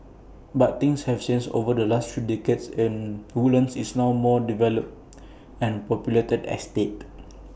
but things have changed over the last three decades and Woodlands is now more developed and populated estate